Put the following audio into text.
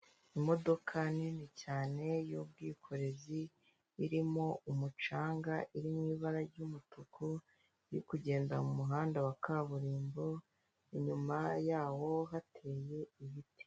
Imodoka nini cyane y'ubwikorezi irimo umucanga, iri mu ibara ry'umutuku, iri kugenda mu muhanda wa kaburimbo inyuma yawo hateye ibiti.